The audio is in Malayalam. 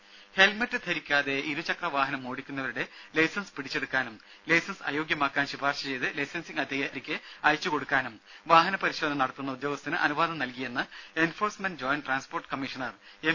രുഭ ഹെൽമറ്റ് ധരിക്കാതെ ഇരുചക്ര വാഹനം ഓടിക്കുന്നവരുടെ ലൈസൻസ് പിടിച്ചെടുക്കാനും ലൈസൻസ് അയോഗ്യമാക്കാൻ ശിപാർശ ചെയ്ത് ലൈസൻസിംഗ് അധികാരിക്ക് അയച്ചു കൊടുക്കാനും വാഹനപരിശോധന നടത്തുന്ന ഉദ്യോഗസ്ഥന് അനുവാദം നൽകിയെന്ന് enforcement joint transport commissioner M